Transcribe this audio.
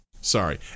sorry